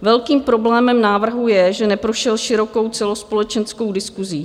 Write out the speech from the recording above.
Velkým problémem návrhu je, že neprošel širokou celospolečenskou diskusí.